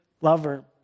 lover